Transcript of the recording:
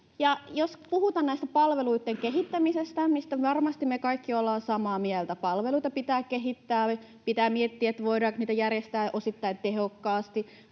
Jos puhutaan palveluiden kehittämisestä, varmasti me kaikki olemme samaa mieltä, että palveluita pitää kehittää. Pitää miettiä, voidaanko niitä järjestää osittain tehokkaasti,